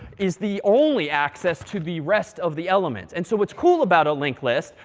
is the only access to the rest of the elements. and so what's cool about a linked list,